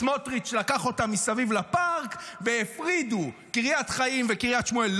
סמוטריץ' לקח אותם מסביב לפארק והפרידו את קריית חיים וקריית שמואל,